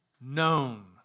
known